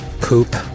Poop